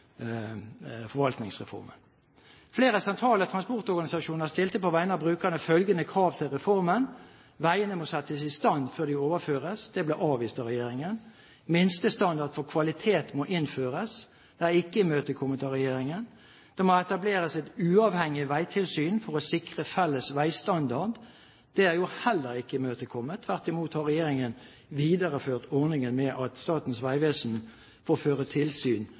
Forvaltningsreformen. Flere sentrale transportorganisasjoner stilte på vegne av brukerne følgende krav til reformen: For det første må veiene må settes i stand før de overføres. Det ble avvist av regjeringen. For det andre må minstestandard for kvalitet innføres. Det er ikke imøtekommet av regjeringen. For det tredje må det etableres et uavhengig veitilsyn for å sikre felles veistandard. Det er jo heller ikke imøtekommet. Tvert imot har regjeringen videreført ordningen med at Statens vegvesen får føre tilsyn